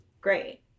great